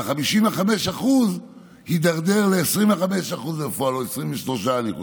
וה-55% הידרדר ל-25% בפועל, או 23%, אני חושב.